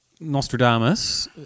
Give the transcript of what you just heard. Nostradamus